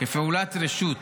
כפעולות רשות.